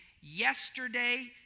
yesterday